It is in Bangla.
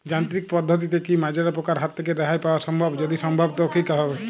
যান্ত্রিক পদ্ধতিতে কী মাজরা পোকার হাত থেকে রেহাই পাওয়া সম্ভব যদি সম্ভব তো কী ভাবে?